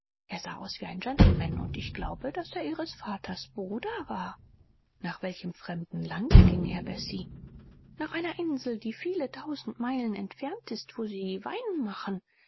er sah aus wie ein gentleman und ich glaube daß er ihres vaters bruder war nach welchem fremden lande ging er bessie nach einer insel die viele tausend meilen entfernt ist wo sie wein machen